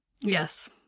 yes